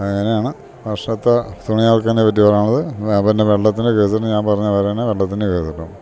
അങ്ങനെയാണ് വർഷത്തെ തുണിയൊണക്കലിനെ പറ്റി പറയാനുള്ളത് അ പിന്നെ വെള്ളത്തിൻ്റെ കേസ്ന്ന് ഞാൻ പറഞ്ഞ പോലെന്നെ വെള്ളത്തിൻ്റെ കേസ്ട്ട